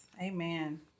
amen